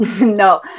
No